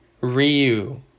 Ryu